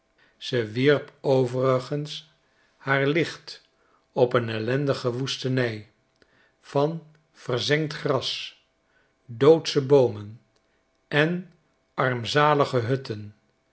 ze wierp overigens haar licht op een ellendige woestenij van verzengd gras doodsche boomen en armzalige hutten